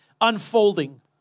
unfolding